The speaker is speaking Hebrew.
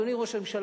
אדוני ראש הממשלה,